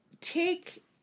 take